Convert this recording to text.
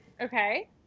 Okay